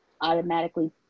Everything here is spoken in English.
automatically